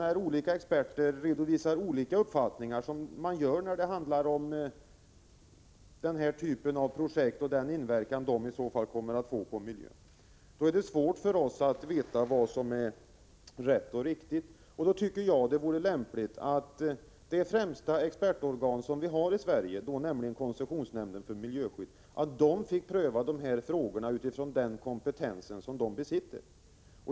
När olika experter redovisar olika uppfattningar, som man gör när det handlar om den här typen av projekt och den inverkan de kommer att få på miljön, är det svårt för oss att veta vad som är rätt och riktigt. Då tycker jag att det vore lämpligt att det främsta expertorgan vi har i Sverige, nämligen koncessionsnämnden för miljöskydd, fick pröva frågorna med utgångspunkt i den kompetens som nämnden besitter.